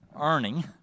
earning